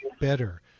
better